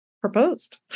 proposed